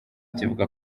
kivuga